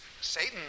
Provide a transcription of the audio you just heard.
Satan